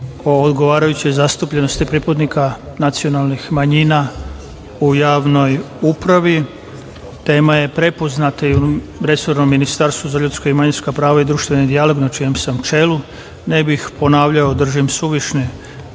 odgovarajućoj zastupljenosti pripadnika nacionalnih manjina u javnoj upravi. Tema je prepoznata i u resornom Ministarstvu za ljudska i manjinska prava i društveni dijalog, na čijem sam čelu. Ne bih ponavljao, držim suvišne,